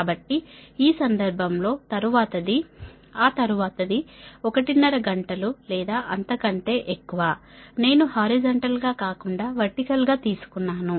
కాబట్టి ఈ సందర్భం లో తరువాతది ఆ తరువాతది ఒకటిన్నర గంటలు లేదా అంతకంటే ఎక్కువ నేను హారిజంటల్ గా కాకుండా వర్టికల్ గా తీసుకున్నాను